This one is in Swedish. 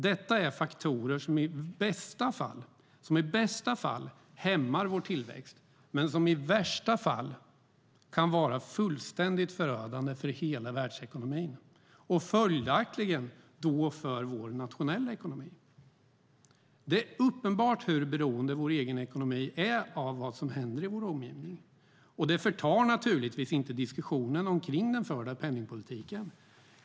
Detta är faktorer som i bästa fall hämmar vår tillväxt men som i värsta fall kan vara fullständigt förödande för hela världsekonomin och följaktligen då för vår nationella ekonomi. Det är uppenbart hur beroende vår egen ekonomi är av vad som händer i vår omgivning. Det förtar naturligtvis inte diskussionen om den förda penningpolitiken.